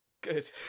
good